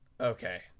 okay